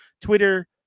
Twitter